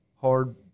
hard